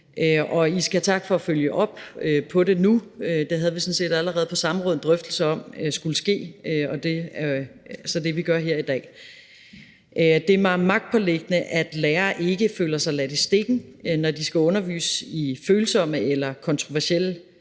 og I skal have tak for at følge op på det nu. Det havde vi sådan set allerede på samrådet en drøftelse om skulle ske, og det er så det, vi gør her i dag. Det er mig magtpåliggende, at lærere ikke føler sig ladt i stikken, når de skal undervise i følsomme eller kontroversielle